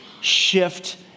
shift